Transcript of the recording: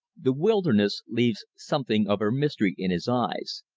the wilderness leaves something of her mystery in his eyes,